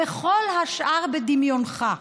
וכל השאר בדמיונך.